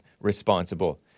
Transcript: responsible